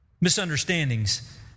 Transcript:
Misunderstandings